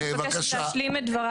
אני מבקשת להשלים את דבריי,